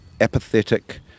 apathetic